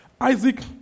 Isaac